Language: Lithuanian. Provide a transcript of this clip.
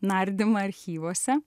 nardymą archyvuose